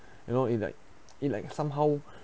you know it like it like somehow